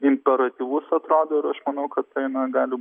imperatyvus atrodo ir aš manau kad tai na gali